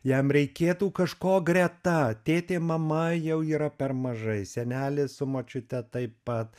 jam reikėtų kažko greta tėtė mama jau yra per mažai senelis su močiute taip pat